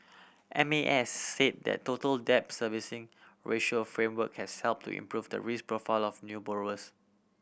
M A S said the Total Debt Servicing Ratio framework has helped to improve the risk profile of new borrowers